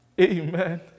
Amen